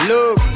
Look